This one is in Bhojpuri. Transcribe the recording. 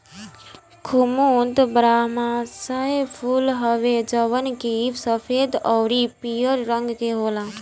कुमुद बारहमासा फूल हवे जवन की सफ़ेद अउरी पियर रंग के होला